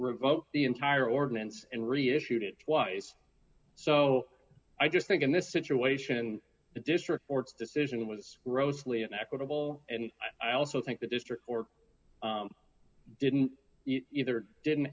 revoked the entire ordinance and reissued it twice so i just think in this situation the district court's decision was grossly inequitable and i also think the district or didn't either didn't